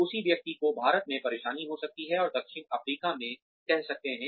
उसी व्यक्ति को भारत में परेशानी हो सकती है और दक्षिण अफ्रीका में कह सकते हैं